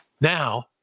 Now